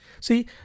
See